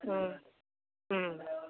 ഉം ഉം